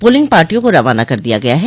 polling पार्टियों को रवाना कर दिया गया है